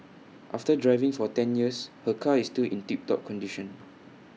after driving for ten years her car is still in tip top condition